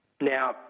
Now